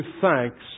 thanks